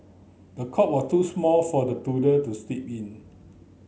the cot was too small for the to sleep in